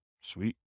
Sweet